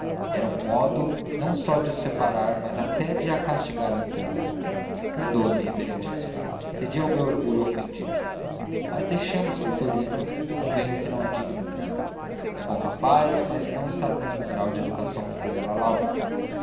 era um modo não só de os separar mas até de a castigar um pouco perdoe-me reverendíssimo cedi ao meu orgulho ofendido mas deixemos o vitorino convenho que não é digno dela e bom rapaz mas não está no mesmo grau de educação que dei a lalau